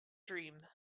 dream